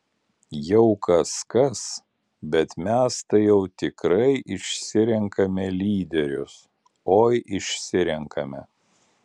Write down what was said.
jau kas kas bet mes tai jau tikrai išsirenkame lyderius oi išsirenkame